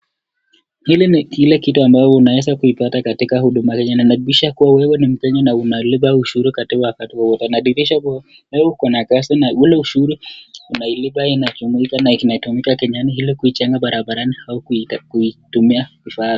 Hili ni kitu ambayo unawezapata katika huduma kenya. Inahakikisha kuwa ni mkenya na unalipa ushuru inaonyesha kuwa uko na kazi na ule ushuru unatumika ili kuijenga barabarani au kuitumia ifaavyo.